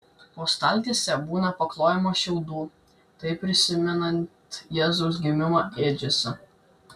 po staltiese būna paklojama šiaudų taip prisimenant jėzaus gimimą ėdžiose